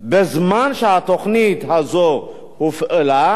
בזמן שהתוכנית הזאת הופעלה,